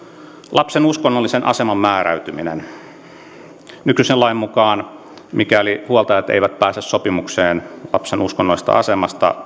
lapsen uskonnollisen aseman määräytyminen nykyisen lain mukaan mikäli huoltajat eivät pääse sopimukseen lapsen uskonnollisesta asemasta